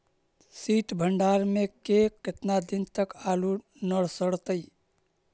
सित भंडार में के केतना दिन तक आलू न सड़तै?